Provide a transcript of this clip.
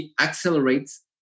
accelerates